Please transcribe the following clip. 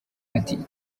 ati